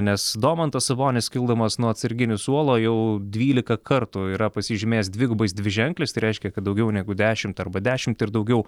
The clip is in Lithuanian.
nes domantas sabonis kildamas nuo atsarginių suolo jau dvylika kartų yra pasižymėjęs dvigubais dviženkliais tai reiškia kad daugiau negu dešimt arba dešimt ir daugiau